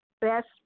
best